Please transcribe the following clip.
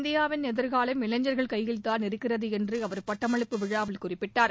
இந்தியாவின் எதிர்காலம் இளைஞர்கள் கையில்தான் இருக்கிறது என்று அவர் பட்டமளிப்பு விழாவில் குறிப்பிட்டார்